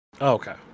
Okay